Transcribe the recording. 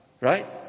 Right